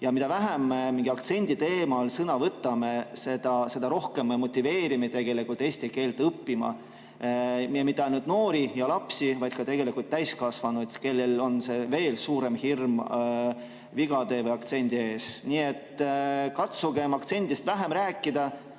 Mida vähem me aktsendi teemal sõna võtame, seda rohkem me motiveerime tegelikult eesti keelt õppima. Ja mitte ainult noori ja lapsi, vaid tegelikult ka täiskasvanuid, kellel on veel suurem hirm vigade või aktsendi ees. Nii et katsugem aktsendist vähem rääkida,